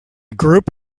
group